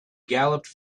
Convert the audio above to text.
galloped